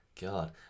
god